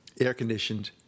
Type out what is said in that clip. air-conditioned